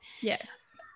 Yes